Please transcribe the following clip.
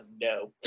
no